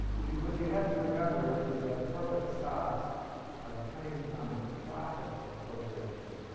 what you have to remember is that corporate stocks are claims on the profits of corporations,